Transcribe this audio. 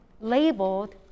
labeled